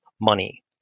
money